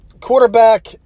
Quarterback